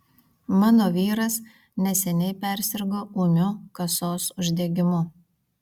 mano vyras neseniai persirgo ūmiu kasos uždegimu